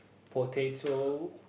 potato